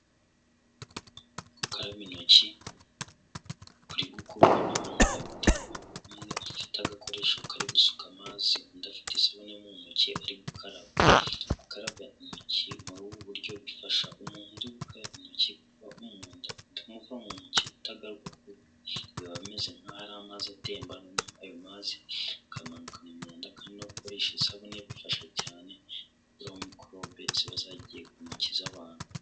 Gukaraba intoki kuri gukorwa n'abantu babiri, umwe afite agakoresho kari gusuka amazi undi afite isabune mu ntoki ari gukaraba, gukaraba intoki muri ubu buryo bifasha umuntu uri gukaraba intoki kuba umwanda umuva mu ntoki utagaruka kuko biba bimeze nk'aho ari amazi atemba noneho ayo mazi akamanuka imyanda kandi gukoresha isabune bifasha cyane gukuraho mikorobe ziba zagiye ku ntoki z'abantu.